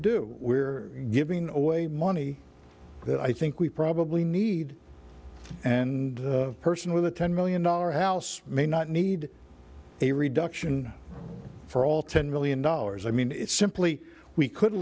do we're giving away money that i think we probably need and person with a ten million dollars house may not need a reduction for all ten million dollars i mean it's simply we could